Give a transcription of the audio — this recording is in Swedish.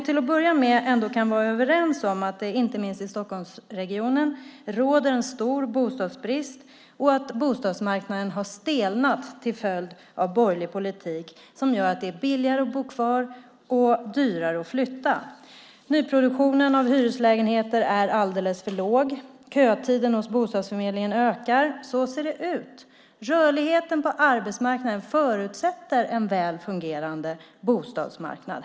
Till att börja med kan vi väl ändå vara överens om att det inte minst i Stockholmsregionen råder en stor bostadsbrist och att bostadsmarknaden har stelnat till följd av borgerlig politik som gör att det är billigare att bo kvar och dyrare att flytta. Nyproduktionen av hyreslägenheter är alldeles för låg. Kötiden hos bostadsförmedlingen ökar. Så ser det ut. Rörligheten på arbetsmarknaden förutsätter en väl fungerande bostadsmarknad.